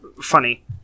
Funny